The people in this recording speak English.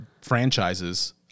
franchises